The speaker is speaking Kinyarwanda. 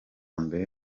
mbere